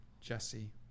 Jesse